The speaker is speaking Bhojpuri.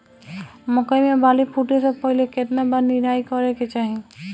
मकई मे बाली फूटे से पहिले केतना बार निराई करे के चाही?